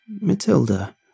Matilda